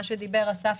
כפי שאמר אסף,